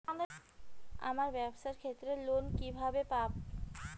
আমার ব্যবসার ক্ষেত্রে লোন কিভাবে পাব?